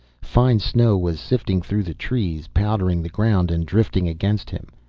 fine snow was sifting through the trees, powdering the ground and drifting against him.